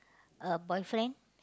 a boyfriend